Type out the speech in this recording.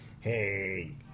hey